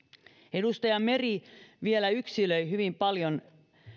edustaja meri vielä yksilöi hyvin paljon